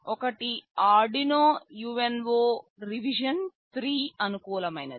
ఒకటి Arduino UNO revision 3 అనుకూలమైనది